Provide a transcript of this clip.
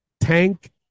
Tank